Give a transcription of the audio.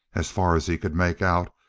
as far as he could make out,